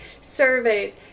surveys